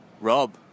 Rob